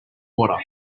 water